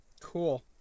Cool